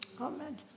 Amen